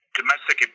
domestic